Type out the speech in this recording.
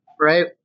right